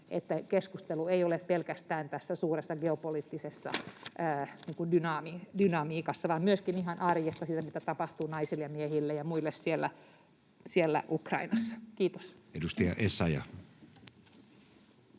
että keskustelu ei ole pelkästään tässä suuressa geopoliittisessa dynamiikassa vaan myöskin ihan arjessa, siinä, mitä tapahtuu naisille, miehille ja muille siellä Ukrainassa. — Kiitos. [Speech 51]